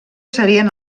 serien